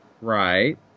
Right